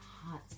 hot